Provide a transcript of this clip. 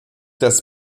das